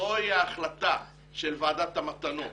שזוהי ההחלטה של ועדת המתנות